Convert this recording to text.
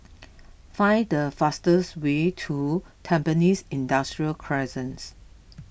find the fastest way to Tampines Industrial Crescent